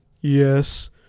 yes